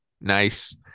Nice